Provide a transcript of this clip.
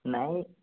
ନାଇଁ